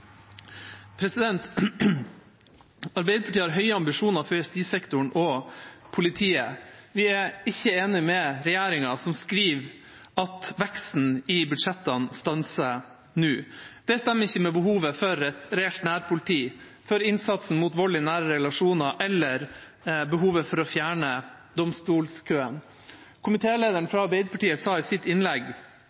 er ikke enig med regjeringa, som skriver at veksten i budsjettene stanser nå. Det stemmer ikke med behovet for et reelt nærpoliti, for innsatsen mot vold i nære relasjoner eller for behovet for å fjerne domstolskøen. Komitélederen fra Arbeiderpartiet sa i sitt innlegg